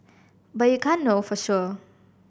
but you can't know for sure